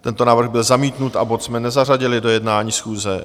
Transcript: Tento návrh byl zamítnut a bod jsme nezařadili do jednání schůze.